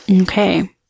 Okay